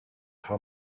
how